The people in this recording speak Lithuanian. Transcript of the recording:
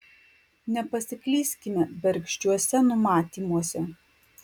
nepasiklyskime bergždžiuose numatymuose